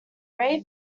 ray